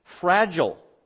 Fragile